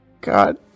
God